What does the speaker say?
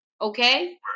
Okay